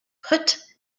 put